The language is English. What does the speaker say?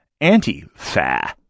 anti-fa